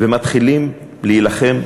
ומתחילים להילחם,